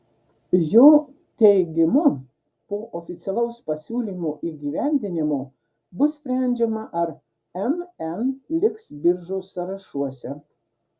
jo teigimu po oficialaus pasiūlymo įgyvendinimo bus sprendžiama ar mn liks biržos sąrašuose